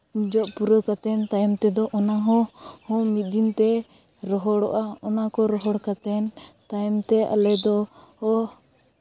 ᱡᱚᱜ ᱯᱩᱨᱟᱹᱣ ᱠᱟᱛᱮᱫ ᱛᱟᱭᱚᱢ ᱛᱮᱫᱚ ᱚᱱᱟᱦᱚᱸ ᱢᱤᱫ ᱫᱤᱱ ᱛᱮ ᱨᱚᱦᱚᱲᱚᱜᱼᱟ ᱚᱱᱟ ᱠᱚ ᱨᱚᱦᱚᱲ ᱠᱟᱛᱮᱫ ᱛᱟᱭᱚᱢ ᱛᱮ ᱟᱞᱮ ᱫᱚᱠᱚ